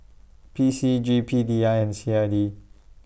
P C G P D I and C I D